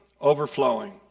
Overflowing